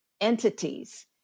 entities